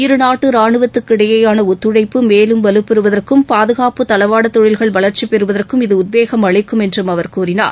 இருநாட்டு ரானுவத்திற்கிடையேயான ஒத்துழைப்பு மேலும் வலுப்பெறவதற்கும் பாதுகாப்பு தளவாட தொழில்கள் வளர்ச்சி பெறுவதற்கும் இது உத்வேகம் அளிக்கும் என்றும் அவர் கூறினார்